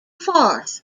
fourth